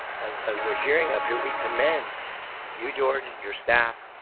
as as we're hearing up here, we commend you, george, your staff,